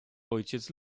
ojciec